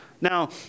Now